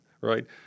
right